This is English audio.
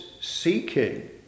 seeking